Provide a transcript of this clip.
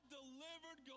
delivered